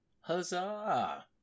Huzzah